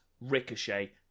ricochet